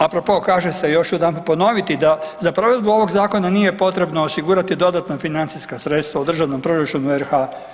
Apropo kaže se još ću jedanput ponoviti da za provedbu ovih zakona nije potrebno osigurati dodatno financijska sredstava u Državnom proračunu RH.